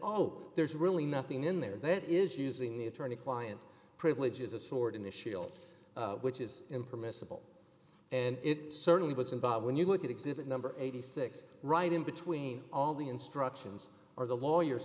oh there's really nothing in there that is using the attorney client privilege is a sword in the shield which is impermissible and it certainly was involved when you look at exhibit number eighty six right in between all the instructions are the lawyers